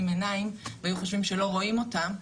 עיניים והיו חושבים שלא רואים אותם,